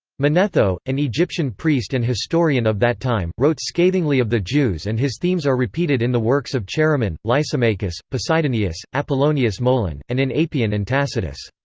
manetho, an egyptian priest and historian of that time, wrote scathingly of the jews and his themes are repeated in the works of chaeremon, lysimachus, poseidonius, apollonius molon, and in apion and tacitus.